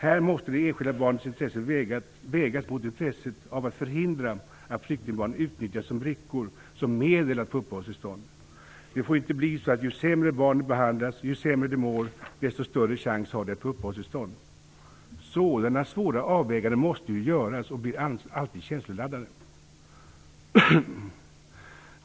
Här måste de enskilda barnens intressen vägas mot intresset av att förhindra att flyktingbarnen utnyttjas som brickor eller som medel att få uppehållstillstånd. Det får inte bli så, att ju sämre barnen behandlas, ju sämre de mår, desto större chans har de att få uppehållstillstånd. Sådana svåra avväganden måste ju göras och blir alltid känsloladdade.